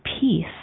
peace